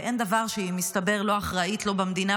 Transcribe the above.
שמסתבר שאין דבר שהיא לא אחראית לו במדינה,